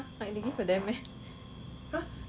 I mean they give a damn meh like